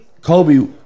Kobe